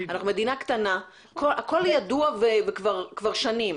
אנחנו מדינה קטנה והכול ידוע כבר שנים.